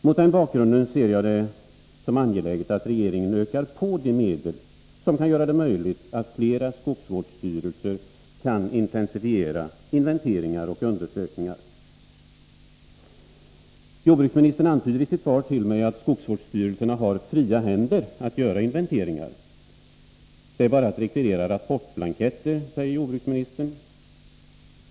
Mot den bakgrunden ser jag det som angeläget att regeringen ökar på de medel som gör det möjligt för flera skogsvårdsstyrelser att intensifiera inventeringar och undersökningar. Jordbruksministern antyder i sitt svar till mig att skogsvårdsstyrelserna har fria händer att göra inventeringar. Det är bara att rekvirera rapportblanketter, säger jordbruksministern.